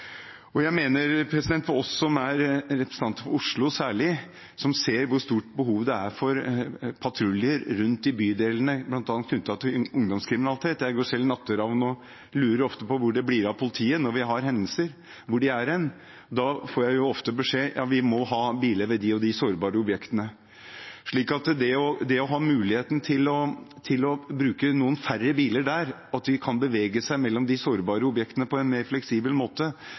som er representanter for Oslo, ser hvor stort behov det er for patruljer rundt i bydelene, bl.a. knyttet til ungdomskriminalitet. Jeg går selv natteravn og lurer ofte på hvor det blir av politiet når vi har hendelser, og da får jeg ofte beskjed om at de må ha biler ved de og de sårbare objektene. Det at man har muligheten til å bruke noen færre biler der og kan bevege seg mellom de sårbare objektene på en mer fleksibel måte,